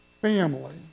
family